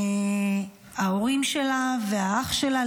ההורים שלה ואחיה,